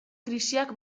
krisiak